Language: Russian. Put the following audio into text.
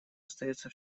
остается